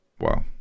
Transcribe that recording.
wow